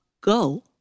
go